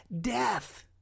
death